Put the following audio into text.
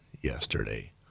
yesterday